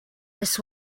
this